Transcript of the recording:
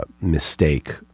mistake